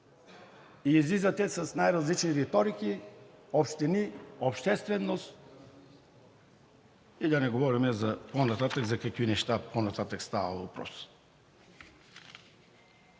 и излизате с най-различни риторики – общини, общественост, и да не говорим за какви неща по-нататък става въпрос.